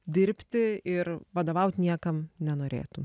dirbti ir vadovaut niekam nenorėtum